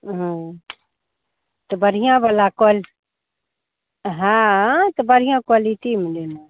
हाँ तो बढ़ियाँ वाला क्वालिटी हाँ तो बढ़िया क्वालिटी में लेना है